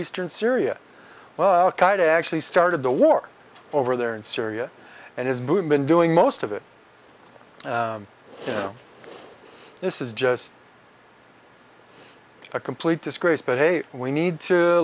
eastern syria well kite it actually started the war over there in syria and has been doing most of it you know this is just a complete disgrace but hey we need to